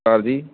ਹਾਂਜੀ